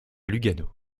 lugano